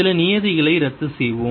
சில நியதிகளை ரத்து செய்வோம்